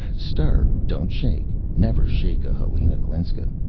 stir, don't shake. never shake a helena glinska.